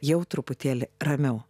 jau truputėlį ramiau